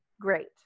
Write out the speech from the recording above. great